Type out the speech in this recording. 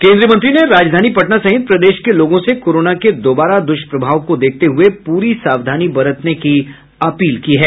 केंद्रीय मंत्री ने राजधानी पटना सहित प्रदेश के लोगों से कोरोना के दोबारा दुष्प्रभाव को देखते हुए पूरी सावधानी बरतने की अपील की है